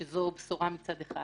כך שזו בשורה מצד אחד,